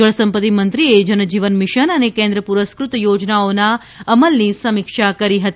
જળસંપત્તિમંત્રીએ જનજીવન મિશન અને કેન્દ્ર પુરસ્કૃત યોજનાઓના અમલની સમીક્ષા કરી હતી